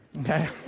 Okay